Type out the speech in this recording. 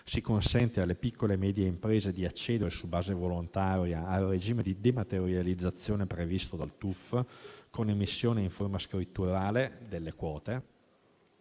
si consente alle piccole e medie imprese di accedere su base volontaria al regime di dematerializzazione previsto dal TUF, con emissione in forma scritturale delle quote.